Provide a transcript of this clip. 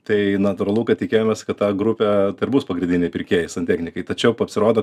tai natūralu kad tikėjomės kad ta grupė tai ir bus pagrindiniai pirkėjai santechnikai tačiau pasirodo